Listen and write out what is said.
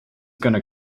gonna